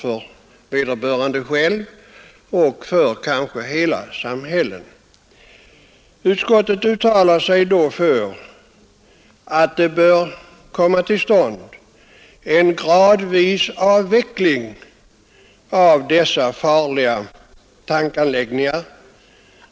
Utskottet uttalar sig för en avveckling gradvis av dessa farliga tankanläggningar.